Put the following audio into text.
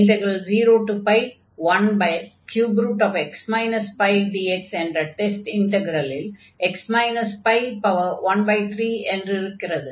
013x πdx என்ற test இன்டக்ரலில் x π13 என்றிருக்கிறது